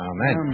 Amen